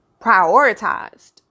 Prioritized